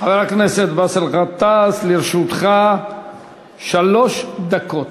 חבר הכנסת באסל גטאס, לרשותך שלוש דקות.